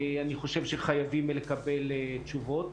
אני חושב שחייבים לקבל תשובות.